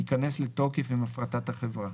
יכנס לתוקף עם הפרטת החברה,